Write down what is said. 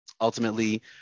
ultimately